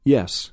Yes